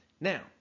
Now